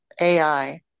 AI